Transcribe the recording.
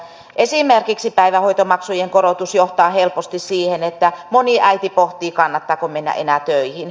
esimerkiksi päivähoitomaksujen korotus johtaa helposti siihen että moni äiti pohtii kannattaako mennä enää töihin